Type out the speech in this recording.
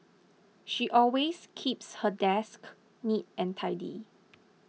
she always keeps her desk neat and tidy